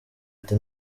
ati